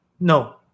no